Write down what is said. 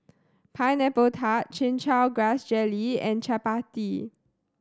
Pineapple Tart Chin Chow Grass Jelly and Chappati